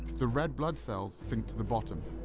the red blood cells sink to the bottom.